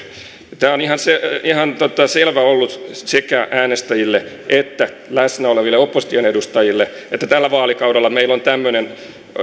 ja tämä on ihan selvää ollut sekä äänestäjille että läsnä oleville opposition edustajille että tällä vaalikaudella meillä on tämmöinen